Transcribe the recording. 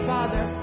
Father